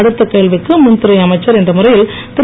அடுத்த கேள்விக்கு மின்துறை அமைச்சர் என்ற முறையில் திரு